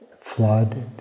flood